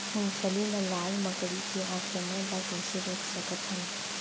मूंगफली मा लाल मकड़ी के आक्रमण ला कइसे रोक सकत हन?